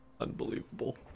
Unbelievable